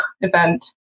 event